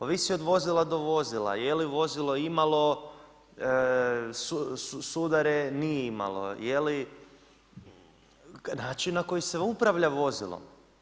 Ovisi od vozila do vozila je li vozilo imalo sudare, nije imalo, je li, način na koji se upravlja vozilom.